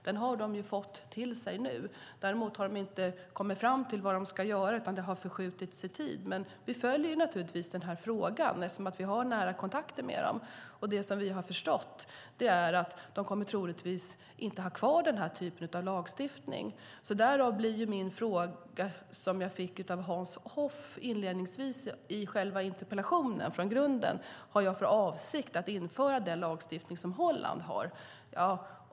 De har fått den nu men inte kommit fram till vad de ska göra, utan det har förskjutits i tid. Vi följer givetvis frågan eftersom vi har nära kontakter med dem, men vi har förstått att de troligtvis inte kommer att ha kvar denna lagstiftning. I Hans Hoffs interpellation fick jag frågan om jag har för avsikt att införa den lagstiftning som Holland har.